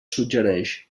suggereix